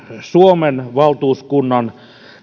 suomen valtuuskunnan